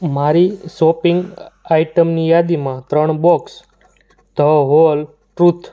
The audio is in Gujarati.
મારી શોપિંગ આઇટમની યાદીમાં ત્રણ બોક્સ ધ હોલ ટ્રૂથ